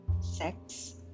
sex